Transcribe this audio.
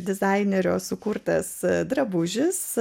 dizainerio sukurtas drabužis